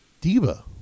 diva